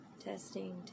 Testing